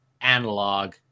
analog